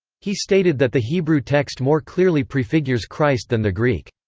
he stated that the hebrew text more clearly prefigures christ than the greek.